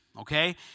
okay